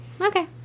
Okay